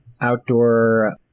outdoor